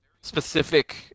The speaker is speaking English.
specific